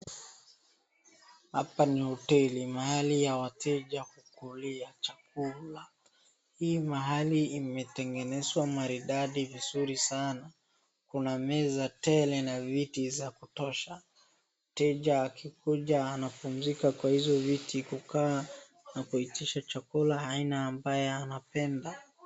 Hapa ni hoteli mahali ya wateja kukulia chakula, hii mahali imetengenezwa maridadi vizuri sana, kuna meza tele na viti za kutosha. Mteja akikuja anapumzika kwa hizo viti, kukaa na kuitisha chakula aina ambaye anapenda.